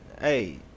hey